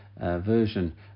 Version